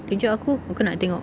tunjuk aku aku nak tengok